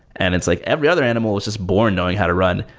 and it's like every other animals is just born knowing how to run.